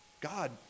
God